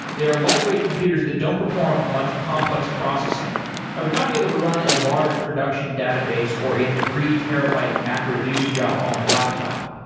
they are lightweight computers that don't perform much complex processing i would not be able to run a large production database, or a three terabyte mapreduce job on my laptop.